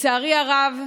לצערי הרב,